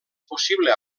possible